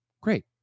Great